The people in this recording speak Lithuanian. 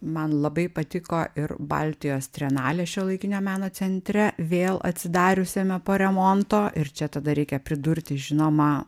man labai patiko ir baltijos trienalė šiuolaikinio meno centre vėl atsidariusiame po remonto ir čia tada reikia pridurti žinoma